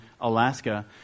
Alaska